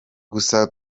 gusa